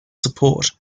support